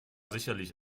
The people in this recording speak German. sicherlich